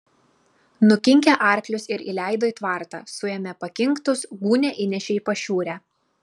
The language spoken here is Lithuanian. nukinkė arklius ir įleido į tvartą suėmė pakinktus gūnią įnešė į pašiūrę